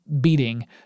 beating